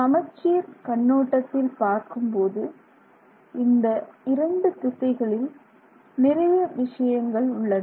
சமச்சீர் கண்ணோட்டத்தில் பார்க்கும்போது இந்த இரண்டு திசைகளில் நிறைய விஷயங்கள் உள்ளன